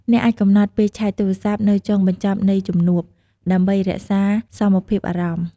អ្នកអាចកំណត់ពេលឆែកទូរស័ព្ទនៅចុងបញ្ចប់នៃជំនួប ដើម្បីរក្សាសមភាពអារម្មណ៍។